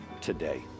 today